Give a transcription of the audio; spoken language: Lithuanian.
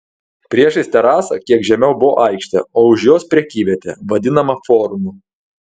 priešais terasą kiek žemiau buvo aikštė o už jos prekyvietė vadinama forumu